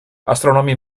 astronomy